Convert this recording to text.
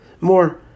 More